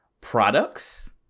products